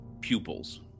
pupils